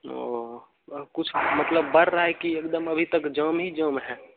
ओह कुछ मतलब बढ़ रहा है कि एकदम अभी तक जाम ही जाम है